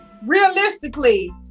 Realistically